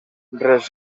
res